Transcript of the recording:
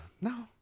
No